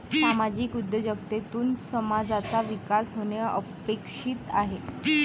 सामाजिक उद्योजकतेतून समाजाचा विकास होणे अपेक्षित आहे